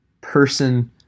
person